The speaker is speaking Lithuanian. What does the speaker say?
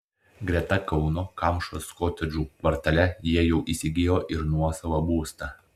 greta kauno kamšos kotedžų kvartale jie jau įsigijo ir nuosavą būstą